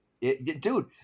Dude